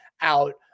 out